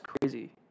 crazy